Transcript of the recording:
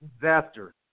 disaster